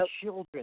children